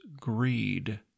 greed